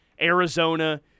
Arizona